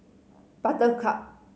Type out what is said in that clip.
buttercup